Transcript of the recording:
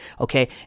okay